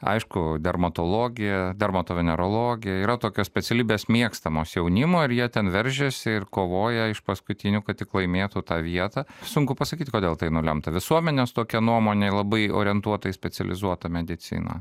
aišku dermatologija dermatovenerologija yra tokios specialybės mėgstamos jaunimo ir jie ten veržiasi ir kovoja iš paskutinių kad tik laimėtų tą vietą sunku pasakyti kodėl tai nulemta visuomenės tokia nuomonė labai orientuota specializuotą mediciną